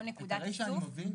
נקודת איסוף --- את הרישא אני מבין,